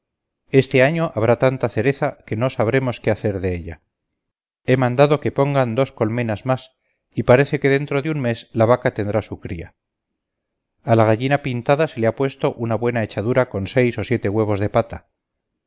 este año habrá tanta cereza que no sabremos qué hacer de ella he mandado que pongan dos colmenas más y parece que dentro de un mes la vaca tendrá su cría a la gallina pintada se le ha puesto una buena echadura con seis o siete huevos de pata